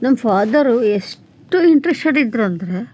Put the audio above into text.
ನಮ್ಮ ಫಾದರು ಎಷ್ಟು ಇಂಟ್ರೆಸ್ಟೆಡ್ ಇದ್ದರಂದ್ರೆ